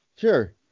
Sure